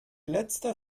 letzter